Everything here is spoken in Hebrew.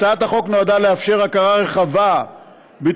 הצעת החוק נועדה לאפשר הכרה רחבה בתרומתם